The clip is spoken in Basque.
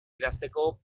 idazteko